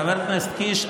חבר הכנסת קיש,